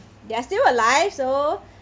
they are still alive so